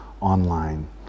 online